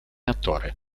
attore